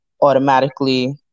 automatically